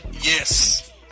Yes